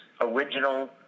original